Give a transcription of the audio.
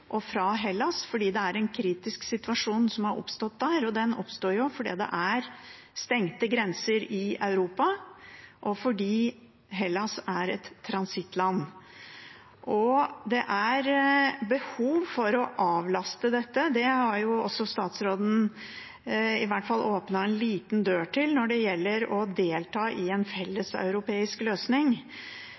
Hellas, fordi det er en kritisk situasjon som har oppstått der. Og den oppstår jo fordi det er stengte grenser i Europa, og fordi Hellas er et transittland. Det er behov for å avlaste. Det har også statsråden i hvert fall åpnet en liten dør for når det gjelder å delta i en felleseuropeisk løsning.